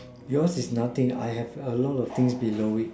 yours is nothing I have a lot of things below it